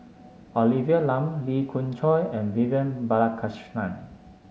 Olivia Lum Lee Khoon Choy and Vivian Balakrishnan